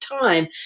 time